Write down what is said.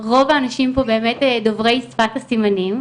רוב האנשים פה באמת דוברי שפת הסימנים,